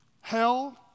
Hell